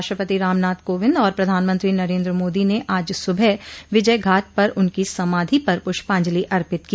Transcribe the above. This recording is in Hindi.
राष्ट्रपति रामनाथ कोविंद आर प्रधानमंत्री नरेन्द्र मोदी ने आज सुबह विजयघाट पर उनकी समाधि पर पुष्पांजलि अर्पित की